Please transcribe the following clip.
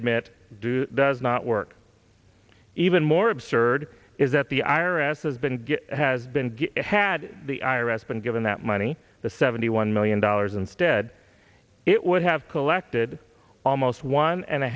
admit do does not work even more absurd is that the i r s has been has been had the i r s been given that money the seventy one million dollars instead it would have collected almost one and a